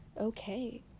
okay